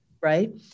right